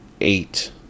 eight